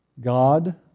God